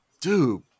dude